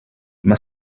mae